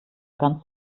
ganz